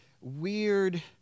weird